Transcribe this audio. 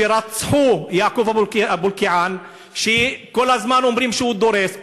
שרצחו את יעקוב אבו-אלקיען ואומרים כל הזמן שהוא דורס,